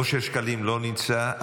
אושר שקלים, לא נמצא,